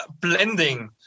blending